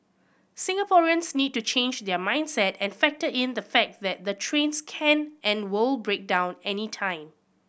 Singaporeans need to change their mindset and factor in the fact that the trains can and will break down anytime